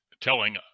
telling